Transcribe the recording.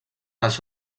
les